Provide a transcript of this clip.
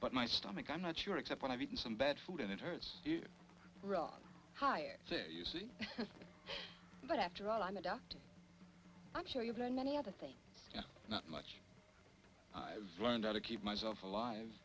but my stomach i'm not sure except when i've eaten some bad food and it hurts real high and say you see but after all i'm a doctor i'm sure you've done many other things not much i've learned how to keep myself alive